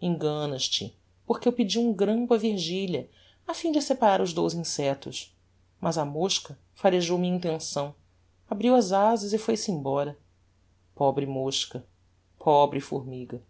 enganas-te porque eu pedi um grampo a virgilia afim de separar os dous insectos mas a mosca farejou a minha intenção abriu as azas e foi-se embora pobre mosca pobre formiga